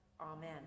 Amen